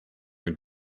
are